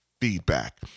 feedback